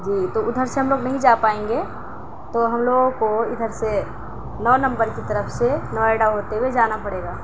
جی تو ادھر سے ہم لوگ نہیں جا پائیں گے تو ہم لوگوں کو ادھر سے نو نمبر کی طرف سے نوئیڈا ہوتے ہوئے جانا پڑے گا